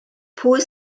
pwy